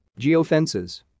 Geofences